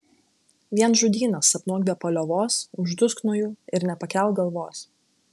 vien žudynes sapnuok be paliovos uždusk nuo jų ir nepakelk galvos